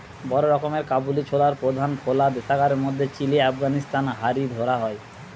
বড় রকমের কাবুলি ছোলার প্রধান ফলা দেশগার মধ্যে চিলি, আফগানিস্তান হারি ধরা হয়